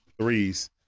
threes